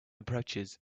approaches